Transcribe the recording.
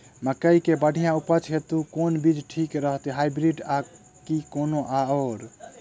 मकई केँ बढ़िया उपज हेतु केँ बीज ठीक रहतै, हाइब्रिड आ की कोनो आओर?